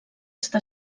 està